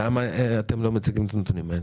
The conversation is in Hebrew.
למה אתם לא מציגים את הנתונים האלה?